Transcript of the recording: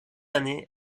année